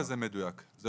זה